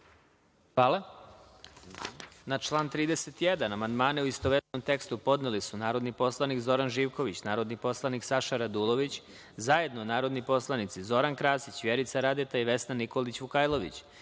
Hvala. Na član 31. amandmane, u istovetnom tekstu, podneli su narodni poslanik Zoran Živković, narodni poslanik Saša Radulović, zajedno narodni poslanici Zoran Krasić, Vjerica Radeta i Vesna Nikolić Vukajlović,